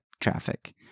traffic